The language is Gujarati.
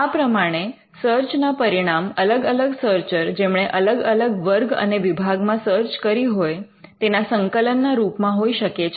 આ પ્રમાણે સર્ચના પરિણામ અલગ અલગ સર્ચર જેમણે અલગ અલગ વર્ગ અને વિભાગમાં સર્ચ કરી હોય તેના સંકલનના રૂપમાં હોઈ શકે છે